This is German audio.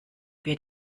wir